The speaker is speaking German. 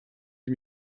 sie